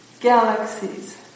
galaxies